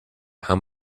how